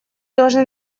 должны